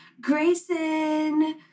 Grayson